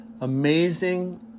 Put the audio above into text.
amazing